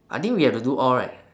I think we have to do all right